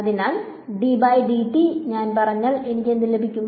അതിനാൽ ഞാൻ പറഞ്ഞാൽ എനിക്ക് എന്ത് ലഭിക്കും